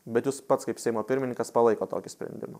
bet jūs pats kaip seimo pirmininkas palaikot tokį sprendimą